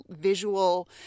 visual